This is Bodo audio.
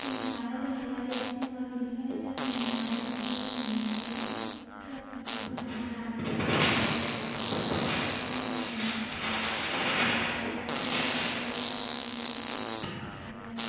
जोंनि जानाय लोंनाया देरसिन नङा बेनिखायनो जों जोंनि जानाय लोंनायखौ दोन्नानैबाबो फुजा फानिखौ होनानै लानाय जायो आरो जोङो बे बिबारजोंनो समायना रमायना गाबज्रियो खुलुमो सिबियो आइ आफाखौ आरो